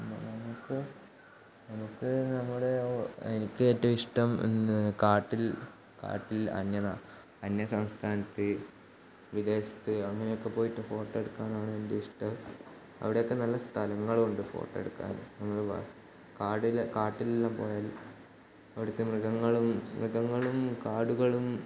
നമുക്ക് നമുക്ക് നമ്മുടെ എനിക്ക് ഏറ്റവും ഇഷ്ടം കാട്ടിൽ കാട്ടിൽ അന്യനാ അന്യസംസ്ഥാനത്ത് വിദേശത്ത് അങ്ങനെയൊക്കെ പോയിട്ട് ഫോട്ടോ എടുക്കാനാണ് വലിയ ഇഷ്ടം അവിടെയൊക്കെ നല്ല സ്ഥലങ്ങളുണ്ട് ഫോട്ടോ എടുക്കാൻ കാടിലെ കാട്ടിലെല്ലാം പോയാൽ അവിടുത്തെ മൃഗങ്ങളും മൃഗങ്ങളും കാടുകളും